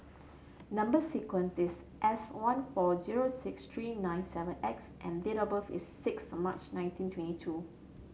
number sequence is S one four zero six three nine seven X and date of birth is six March nineteen twenty two